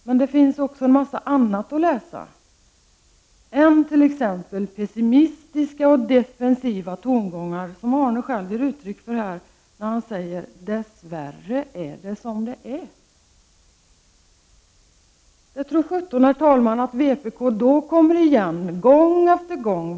Men det finns mycket annat att läsa än t.ex. de pessimistiska och defensiva tongångar, som Arne Kjörnsberg själv ger uttryck för när han säger: ”Dess värre är det som det är.” Det tror sjutton att vpk då kommer igen, gång efter gång.